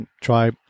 Try